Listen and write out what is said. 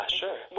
sure